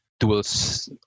tools